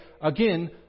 again